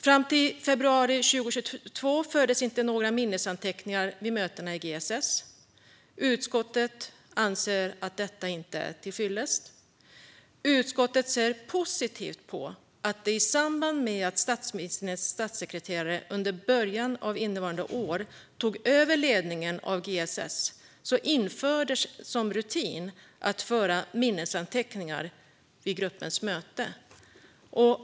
Fram till februari 2022 fördes inte några minnesanteckningar vid mötena i GSS. Utskottet anser att detta inte är till fyllest. Utskottet ser positivt på att det i samband med att statsministerns statssekreterare under början av innevarande år tog över ledningen av GSS infördes en rutin att föra minnesanteckningar vid gruppens möten.